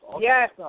Yes